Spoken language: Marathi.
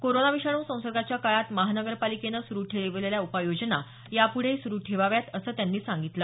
कोरोना विषाणू संसर्गाच्या काळात महानगरपालिकेनं सुरु ठेवलेल्या उपाययोजना यापुढेही सुरु ठेवाव्यात असं त्यांनी सांगितलं